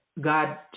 God